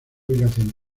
ubicación